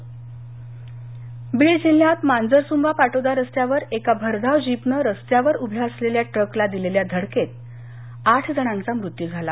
बीड बीड जिल्ह्यात मांजरसुम्बा पाटोदा रस्त्यावर एका भरधाव जीपनं रस्त्यावर उभ्या असलेल्या ट्रकला दिलेल्या धडकेत आठजणांचा मृत्यू झाला